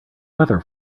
weather